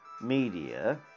media